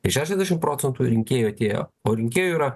tai šešiasdešimt procentų rinkėjų atėjo o rinkėjų yra